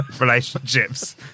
relationships